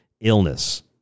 illness